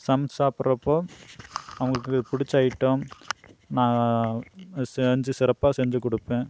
சமைச்சி சாப்புடுறப்போ அவங்களுக்கு பிடிச்ச ஐட்டம் நான் செஞ்சி சிறப்பாக செஞ்சிக் கொடுப்பேன்